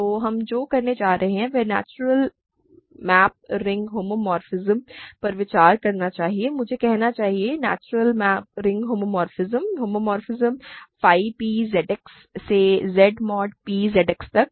तो हम जो करने जा रहे हैं वह नेचुरल मैप रिंग होमोमोर्फिज्म पर विचार करना चाहिए मुझे कहना चाहिए natural map ring homomorphism homomorphism phi p Z X से Z mod p Z X तक